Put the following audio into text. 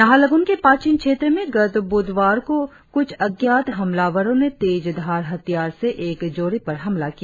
नाहरलगुन के पाचिन क्षेत्र में गत बुधवार को कुछ अज्ञात हमलावरों ने तेजधार हथियार से एक जोड़े पर हमला किया